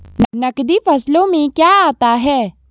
नकदी फसलों में क्या आता है?